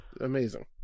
Amazing